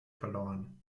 verloren